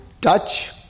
touch